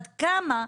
ועד כמה,